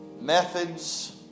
methods